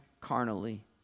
carnally